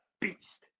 beast